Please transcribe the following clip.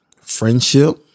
friendship